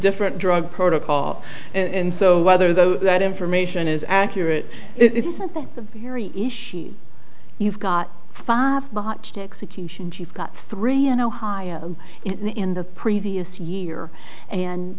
different drug protocol and so whether though that information is accurate it's a very you've got five botched execution she's got three in ohio in the previous year and